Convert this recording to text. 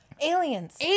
Aliens